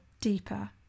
deeper